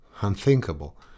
Unthinkable